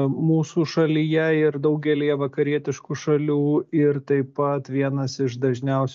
mūsų šalyje ir daugelyje vakarietiškų šalių ir taip pat vienas iš dažniausių